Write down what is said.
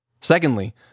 Secondly